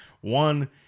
One